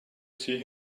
see